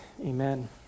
Amen